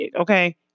Okay